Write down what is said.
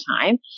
time